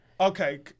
Okay